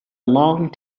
long